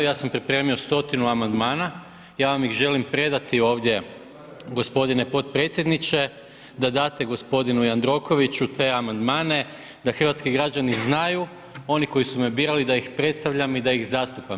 Ja sam pripremio stotinu amandmana, ja vam ih želim predati ovdje gospodine potpredsjedniče da date gospodinu Jandrokoviću te amandmane da hrvatski građani znaju, oni koji su me birali da ih predstavljam i da ih zastupam.